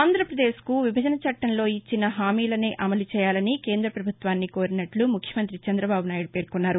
ఆంధ్రాప్రదేశ్కు విభజన చట్టంలో ఇచ్చిన హామీలనే అమలు చేయాలని కేంద్రాపభుత్వాన్ని కోరినట్ల ముఖ్యమంతి చంద్రబాబునాయుడు పేర్కొన్నారు